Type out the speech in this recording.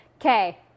Okay